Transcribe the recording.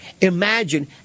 imagine